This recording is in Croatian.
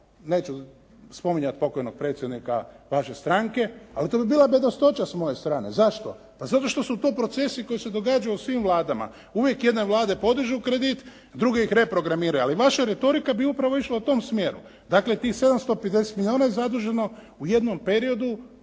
neću spominjati pokojnog predsjednika vaše stranke, ali to bi bila bedastoća s moje strane. Zašto? Pa zato što su to procesi koji se događaju u svim vladama. Uvijek jedne vlade podižu kredit, druge ih reprogramiraju. Ali vaša retorika bi upravo išla u tom smjeru. Dakle tih 750 milijuna je zaduženo u jednom periodu